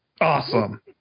awesome